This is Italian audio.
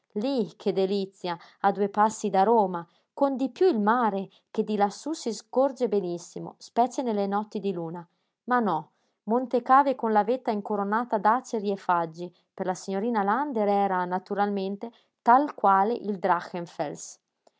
lí che delizia a due passi da roma con di piú il mare che di lassú si scorge benissimo specie nelle notti di luna ma no monte cave con la vetta incoronata d'aceri e faggi per la signorina lander era naturalmente tal quale il